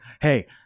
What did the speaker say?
Hey